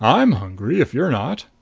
i'm hungry if you're not.